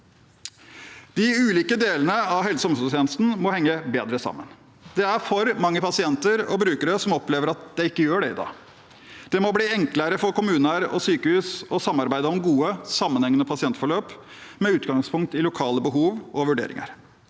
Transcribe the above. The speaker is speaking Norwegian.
De ulike delene av helse- og omsorgstjenesten må henge bedre sammen. Det er for mange pasienter og brukere som opplever at de ikke gjør det i dag. Det må bli enklere for kommuner og sykehus å samarbeide om gode, sammenhengende pasientforløp med utgangspunkt i lokale behov og vurderinger.